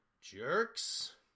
jerks